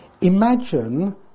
Imagine